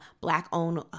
Black-owned